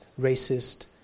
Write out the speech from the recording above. racist